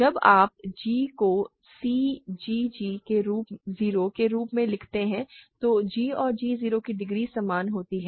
जब आप g को c g g 0 के रूप में लिखते हैं तो g और g 0 की डिग्री समान होती है